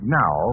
now